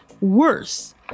worse